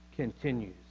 continues